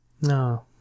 No